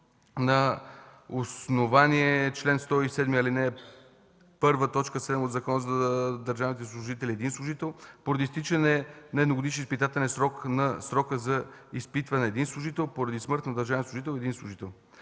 на основание чл. 107, ал. 1, т. 7 от Закона за държавния служител – един служител; - поради изтичане на едногодишния изпитателен срок на срока за изпитване – един служител; - поради смърт на държавен служител – един служител.